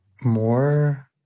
more